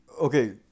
Okay